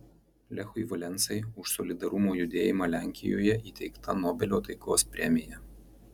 lechui valensai už solidarumo judėjimą lenkijoje įteikta nobelio taikos premija